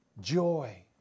Joy